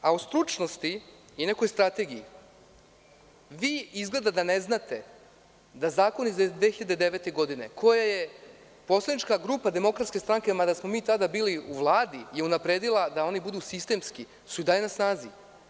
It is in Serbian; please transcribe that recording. A o stručnosti i nekoj strategiji, vi izgleda da ne znate da zakoni iz 2009. godine, koje je poslanička grupa DS, mada smo mi tada bili u Vladi, je unapredila da oni budu sistemski, su i dalje na snazi.